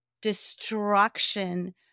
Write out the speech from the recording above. destruction